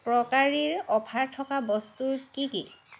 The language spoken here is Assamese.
ক্ৰকাৰীৰ অফাৰ থকা বস্তুৰ কি কি